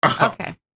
Okay